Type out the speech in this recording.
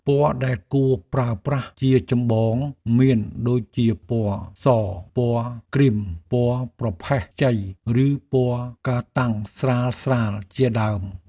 ពណ៌ដែលគួរប្រើប្រាស់ជាចម្បងមានដូចជាពណ៌សពណ៌គ្រីមពណ៌ប្រផេះខ្ចីឬពណ៌កាតាំងស្រាលៗជាដើម។